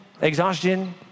exhaustion